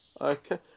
Okay